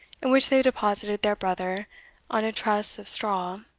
in which they deposited their brother on a truss of straw,